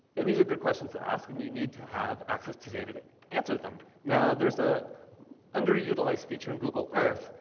and these are good questions to ask. and you need to have access to data to answer them. now there's a underutilized feature in google earth,